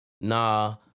Nah